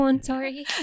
Sorry